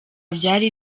byari